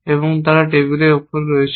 এবং তারা টেবিলের উপর রয়েছে